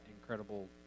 incredible